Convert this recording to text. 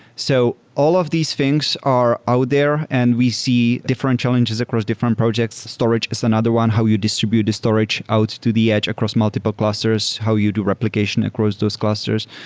so all of these things are out there, and we see different challenges across different projects. storage is another one. how you distribute the storage out to the edge across multiple clusters. how you do replication across those clusters.